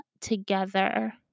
together